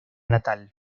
natal